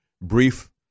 brief